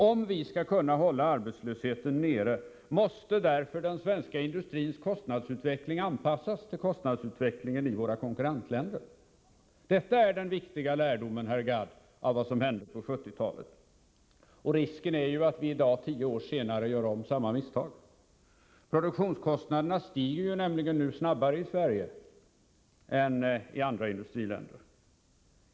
Om vi skall kunna hålla arbetslösheten nere, måste den svenska industrins kostnadsutveckling anpassas till kostnadsutvecklingen i våra konkurrentländer. Detta är den viktiga lärdom vi kan dra av vad som hände på 1970-talet. Risken finns att vi i dag, tio år senare, gör samma misstag. Det är nämligen så, att produktionskostnaderna i Sverige i dag stiger snabbare än de gör i andra industriländer.